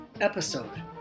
episode